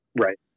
right